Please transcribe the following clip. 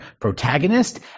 protagonist